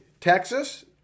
Texas